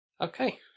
Okay